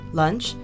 lunch